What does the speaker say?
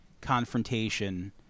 confrontation